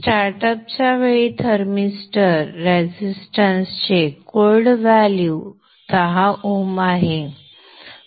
स्टार्टअपच्या वेळी thermistor resistance चे cold value 10Ω आहे